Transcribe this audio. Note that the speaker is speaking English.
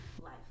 life